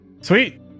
sweet